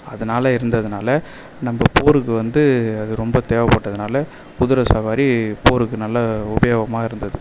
அதனால் இருந்ததுனால நம்ப போகருக்கு வந்து அது ரொம்ப தேவை பட்டதுனால குதிர சவாரி போகருக்கு நல்லா உபயோகமாக இருந்தது